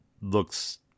looks